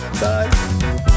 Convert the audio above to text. Bye